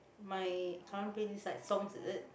my current playlist like songs is it